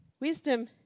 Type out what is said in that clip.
Wisdom